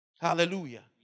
Hallelujah